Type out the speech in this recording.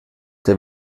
der